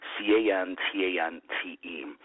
C-A-N-T-A-N-T-E